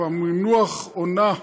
המונח "עונה"